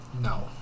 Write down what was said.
No